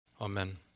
Amen